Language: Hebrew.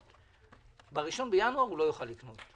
והחל מ-1 בינואר הוא לא יוכל לקנות.